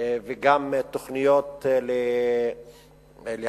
וגם בתוכניות להדרכה,